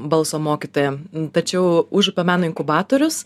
balso mokytoja tačiau užupio meno inkubatorius